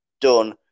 done